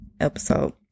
episode